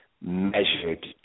measured